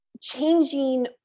changing